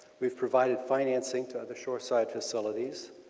we've provideed financing to other shore side facilities,